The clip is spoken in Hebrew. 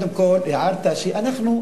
קודם כול תיארת שאנחנו,